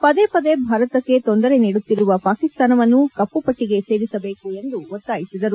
ಪದೇ ಪದೇ ಭಾರತಕ್ಕೆ ತೊಂದರೆ ನೀಡುತ್ತಿರುವ ಪಾಕಿಸ್ತಾನವನ್ನು ಕಮ್ಪಟ್ಟಿಗೆ ಸೇರಿಸಬೇಕು ಎಂದು ಒತ್ತಾಯಿಸಿದರು